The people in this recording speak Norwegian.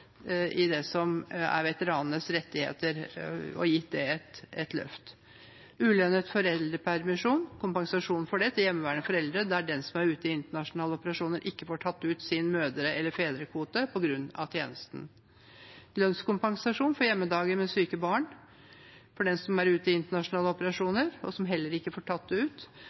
i det som er veteranenes rettigheter, og det er gitt et løft: ulønnet foreldrepermisjon, kompensasjon for det til hjemmeværende foreldre der den som er ute i internasjonale operasjoner, ikke får tatt ut sin mødre- eller fedrekvote på grunn av tjenesten lønnskompensasjon for hjemmedager med syke barn for den som er ute i internasjonale operasjoner og heller ikke får tatt det ut